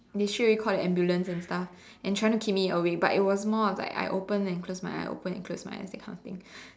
they straightaway call the ambulance and stuff and trying to keep me awake but it was more of like I open and close my eye open and close my eye that kind of thing